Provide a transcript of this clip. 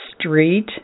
Street